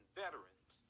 veterans